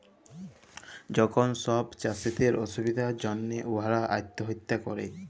যখল ছব চাষীদের অসুবিধার জ্যনহে উয়ারা আত্যহত্যা ক্যরে